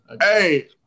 Hey